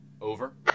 Over